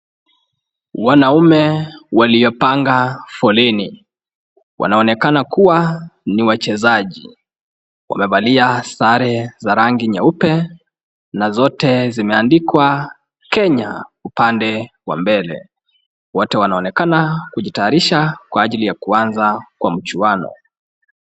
Wanaume waliopanga foleni. Wanaonekana kuwa ni wachezaji. Wamevalia sare za rangi nyeupe na zote zimeandikwa kenya upande wa mbele. Wote wanaonekana kujitararisha kwa ajili ya kuanza kwa mchuano.